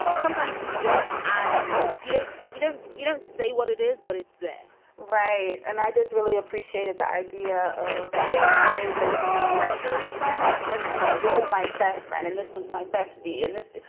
sometimes you don't add you don't you don't you don't say what it is, but it's there right. and i just really appreciated the idea of doing away with ranking friends then, you know, this is my best friend and this one's my bestie in life.